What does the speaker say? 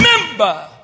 remember